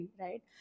right